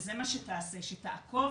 שזה מה שתעשה, שתעקוב